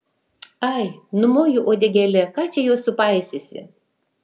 ai numoju uodegėle ką čia juos supaisysi